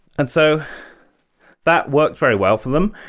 and so that worked very well for them.